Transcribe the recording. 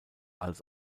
als